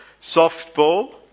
softball